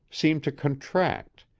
seemed to contract,